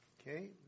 Okay